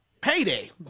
payday